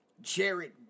Jared